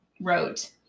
wrote